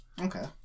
Okay